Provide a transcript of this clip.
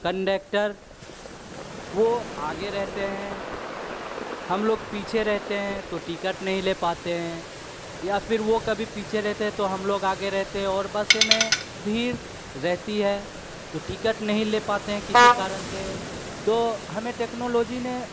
conductor वो आगे रहते हैं हम लोग पीछे रहते हैं तो टिकट नहीं ले पाते हैं या फिर वो कभी पीछे रहते है तो हम लोग आगे रहते हैं और बस में भीड़ रहती है तो टिकट नहीं ले पाते हैं किसी कारण से तो हमें टेक्नोलॉजी ने